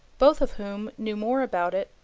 both of whom knew more about it,